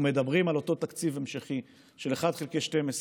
אנחנו מדברים על אותו תקציב המשכי של אחד חלקי 12,